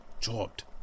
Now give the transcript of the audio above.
chopped